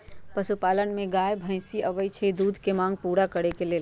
पशुपालन में गाय भइसी आबइ छइ दूध के मांग पुरा करे लेल